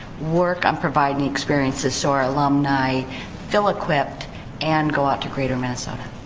work on providing experiences so our alumni feel equipped and go out to greater minnesota.